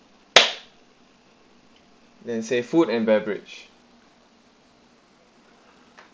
there is a food and beverage